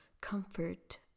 comfort